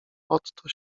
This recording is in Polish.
otto